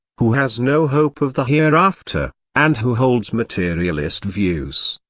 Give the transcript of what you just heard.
who has no hope of the hereafter, and who holds materialist views,